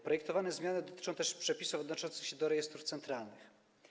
Projektowane zmiany dotyczą też przepisów odnoszących się do rejestrów centralnych.